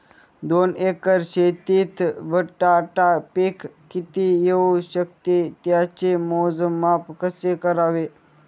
दोन एकर शेतीत बटाटा पीक किती येवू शकते? त्याचे मोजमाप कसे करावे?